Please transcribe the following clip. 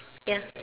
ya